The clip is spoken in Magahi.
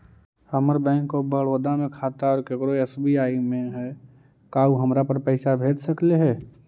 हमर बैंक ऑफ़र बड़ौदा में खाता है और केकरो एस.बी.आई में है का उ हमरा पर पैसा भेज सकले हे?